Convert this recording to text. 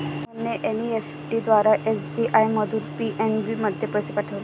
मोहनने एन.ई.एफ.टी द्वारा एस.बी.आय मधून पी.एन.बी मध्ये पैसे पाठवले